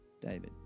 David